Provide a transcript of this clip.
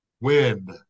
wind